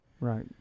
Right